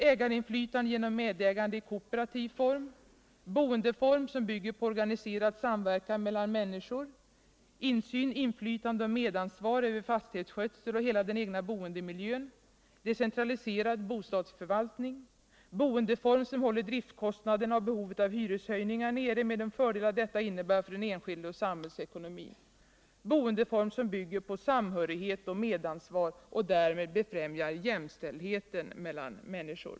Boendeform som bygger på organiserad samverkan mellan människor. Boendeform som håller driftkostnaderna och behovet av hyreshöjningar nere med de fördelar detta innebär för den enskilde och samhällsekonomin. Boendeform som bygger på samhörighet och medansvar och därmed befrämjar jämställdheten mellan människor.